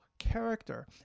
character